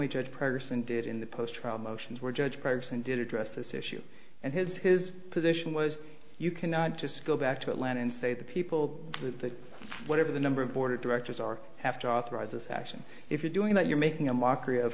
way judge person did in the post from motions were judge garzon did address this issue and his his position was you cannot just go back to atlanta and say the people that whatever the number of board of directors are after authorizes action if you're doing that you're making a mockery of